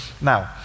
Now